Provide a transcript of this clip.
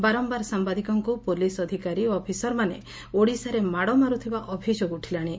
ବାରମ୍ନାର ସାମ୍ନାଦିକଙ୍କୁ ପୋଲିସ୍ ଅଧିକାରୀ ଓ ଅଫିସରମାନେ ଓଡ଼ିଶାରେ ମାଡ଼ ମାରୁଥିବା ଅଭିଯୋଗ ଉଠିଲାଶି